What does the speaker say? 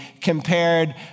compared